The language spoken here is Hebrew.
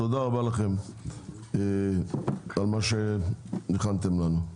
תודה רבה לכם על מה שהכנתם לנו.